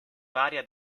varia